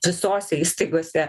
visose įstaigose